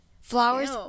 flowers